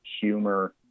humor